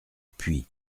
puits